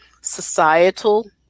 societal